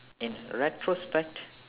in retrospect